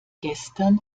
gestern